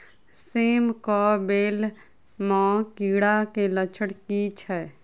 सेम कऽ बेल म कीड़ा केँ लक्षण की छै?